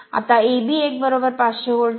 आता Eb1 500 volt आहे